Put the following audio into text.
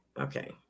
okay